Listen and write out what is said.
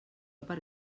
per